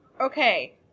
okay